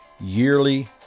yearly